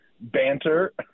banter